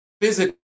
physically